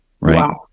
right